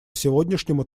сегодняшнему